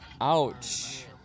ouch